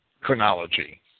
chronology